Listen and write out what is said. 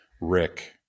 Rick